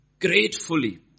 gratefully